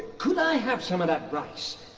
could i have some of that rice?